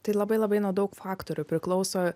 tai labai labai nuo daug faktorių priklauso